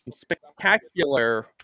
Spectacular